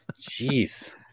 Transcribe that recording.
Jeez